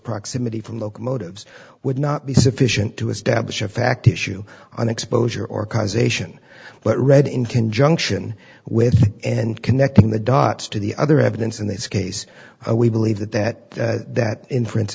proximity from locomotives would not be sufficient to establish a fact issue on exposure or causation but read in conjunction with and connecting the dots to the other evidence in this case we believe that that that inference